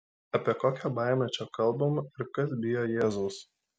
apie kokią baimę čia kalbama ir kas bijo jėzaus